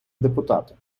депутати